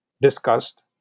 discussed